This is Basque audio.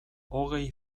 hogei